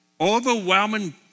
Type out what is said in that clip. overwhelming